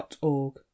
org